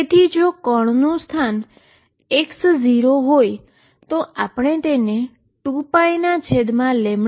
તેથી જો પાર્ટીકલનું પોઝીશન x0હોય તો આપણે તેને 2π0 તરીકે લખી શકીએ છીએ